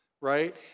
Right